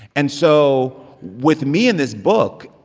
and so with me in this book,